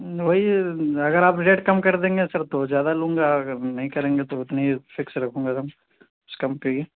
وہی اگر آپ ریٹ کم کر دیں گے سر تو زیادہ لوں گا اگر نہیں کریں گے تو اتنے ہی فکس رکھوں گا ایک دم کچھ کم کریے